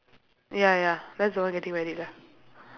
ya ya that's the one getting married lah